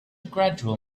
gradual